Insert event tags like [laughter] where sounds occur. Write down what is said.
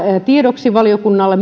tiedoksi valiokunnalle [unintelligible]